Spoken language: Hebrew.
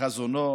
חזונו